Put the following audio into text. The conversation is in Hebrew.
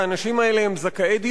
כי האנשים האלה הם זכאי דיור,